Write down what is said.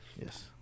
yes